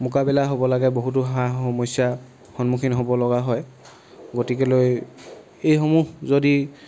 মোকাবিলা হ'ব লাগে বহুতো সা সমস্যা সন্মুখীন হ'ব লগা হয় গতিকেলৈ এইসমূহ যদি